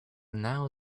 now